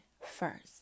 first